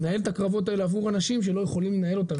לנהל את הקרבות האלה עבור אנשים שלא יכולים לנהל אותם.